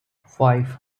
five